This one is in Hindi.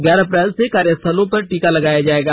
ग्यारह अप्रैल से कार्यस्थलों पर टीका लगाया जाएगा